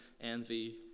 envy